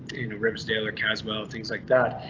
in ribs taylor caswell. things like that.